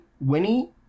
Winnie